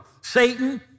Satan